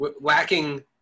lacking